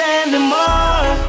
anymore